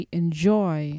enjoy